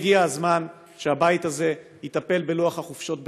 הגיע הזמן שהבית הזה יטפל בלוח החופשות בחקיקה,